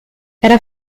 era